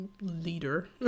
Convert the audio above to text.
leader